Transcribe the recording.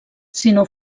sinó